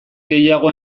gehiago